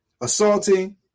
assaulting